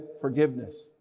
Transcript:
forgiveness